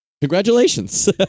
Congratulations